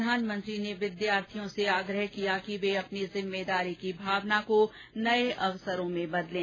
प्रधानमंत्री ने विद्यार्थियों से आग्रह किया कि वे अपनी जिम्मेदारी की भावना को नये अवसरों में बदलें